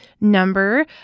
number